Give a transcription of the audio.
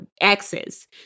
access